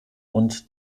und